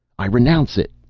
i renounce it!